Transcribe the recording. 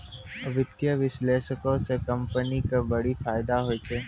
वित्तीय विश्लेषको से कंपनी के बड़ी फायदा होय छै